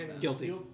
Guilty